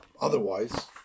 otherwise